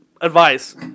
advice